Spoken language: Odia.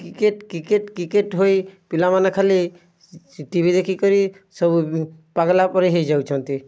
କ୍ରିକେଟ୍ କ୍ରିକେଟ୍ କ୍ରିକେଟ୍ ହୋଇ ପିଲାମାନେ ଖାଲି ଟିଭି ଦେଖିକରି ସବୁ ପାଗଲା ପରି ହୋଇଯାଉଛନ୍ତି